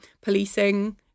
policing